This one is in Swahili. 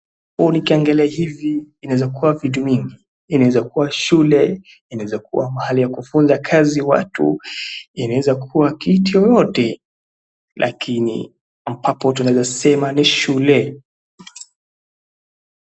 Huu nikiangalia hivi inaeza kuwa vitu mingi. Inaeza kuwa shule, inaeza kuwa mahali ya kufunza kazi watu, inaeza kuwa kitu yoyote lakini ambapo tunaeza sema ni shule.